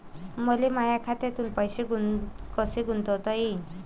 मले माया खात्यातून पैसे कसे गुंतवता येईन?